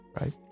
right